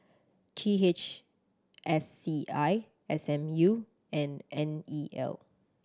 T H S C I S M U and N E L